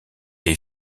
est